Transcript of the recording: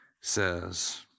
says